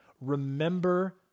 remember